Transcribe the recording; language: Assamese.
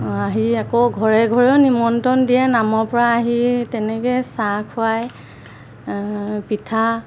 আহি আকৌ ঘৰে ঘৰেও নিমন্ত্ৰণ দিয়ে নামৰ পৰা আহি তেনেকৈ চাহ খুৱায় পিঠা